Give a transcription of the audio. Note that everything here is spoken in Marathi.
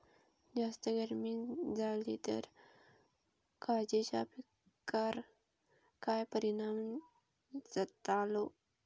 जास्त गर्मी जाली तर काजीच्या पीकार काय परिणाम जतालो?